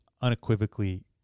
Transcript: unequivocally